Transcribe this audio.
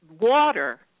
water